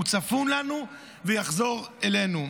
הוא צפון לנו ויחזור אלינו".